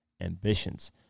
ambitions